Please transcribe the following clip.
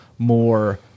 more